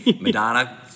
Madonna